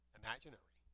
imaginary